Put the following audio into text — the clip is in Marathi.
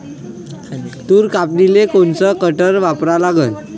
तूर कापनीले कोनचं कटर वापरा लागन?